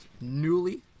newly